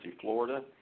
Florida